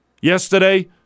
Yesterday